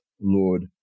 Lord